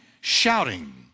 shouting